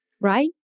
right